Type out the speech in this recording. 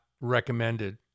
recommended